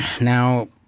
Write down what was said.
Now